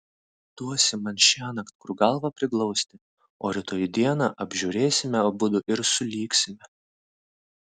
duosi man šiąnakt kur galvą priglausti o rytoj dieną apžiūrėsime abudu ir sulygsime